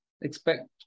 expect